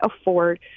afford